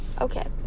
Okay